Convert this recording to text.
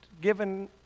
given